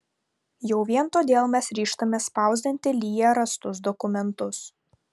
jau vien todėl mes ryžtamės spausdinti lya rastus dokumentus